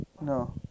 No